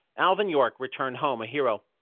alvin york returned home a hero.